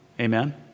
Amen